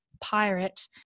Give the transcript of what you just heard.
pirate